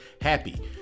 happy